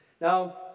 Now